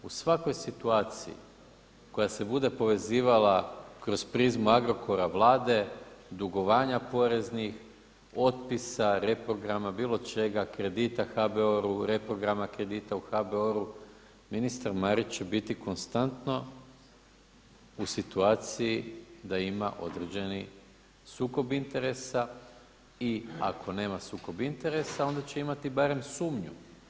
U svakoj situaciji koja se bude povezivala kroz prizmu Agrokora, Vlade, dugovanja poreznih, otpisa, reprograma, bilo čega, kredita HBOR-u, reprograma kredita u HBOR-u ministar Marić će biti konstantno u situaciji da ima određeni sukob interesa i ako nema sukob interesa onda će imati barem sumnju.